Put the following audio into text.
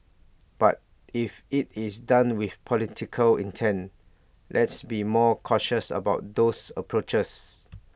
but if IT is done with political intent let's be more cautious about those approaches